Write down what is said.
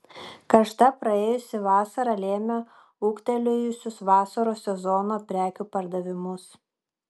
karšta praėjusi vasara lėmė ūgtelėjusius vasaros sezono prekių pardavimus